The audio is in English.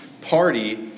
party